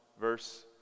verse